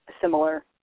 similar